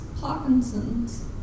Parkinson's